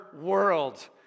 world